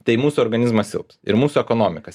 tai mūsų organizmas silps ir mūsų ekonomika